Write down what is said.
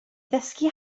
ddysgu